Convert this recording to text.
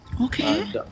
Okay